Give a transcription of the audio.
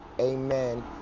amen